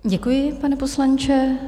Děkuji, pane poslanče.